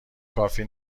کافی